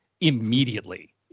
immediately